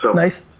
so nice.